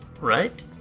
right